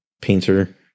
painter